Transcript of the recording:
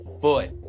foot